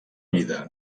vida